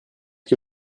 que